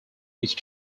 which